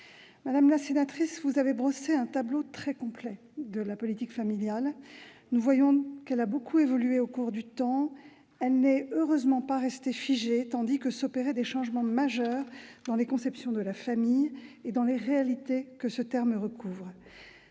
Madame la sénatrice, vous avez brossé un tableau très complet de la politique familiale. Nous voyons qu'elle a beaucoup évolué au cours du temps. Elle n'est heureusement pas restée figée, tandis que s'opéraient des changements majeurs dans les conceptions de la famille et dans les réalités que ce terme recouvre.